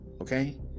Okay